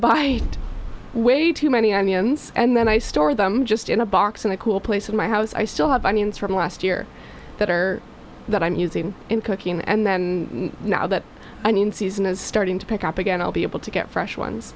buy way too many i mean and then i store them just in a box in a cool place in my house i still have onions from last year that or that i'm using in cooking and then now that i mean season is starting to pick up again i'll be able to get fresh ones